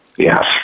Yes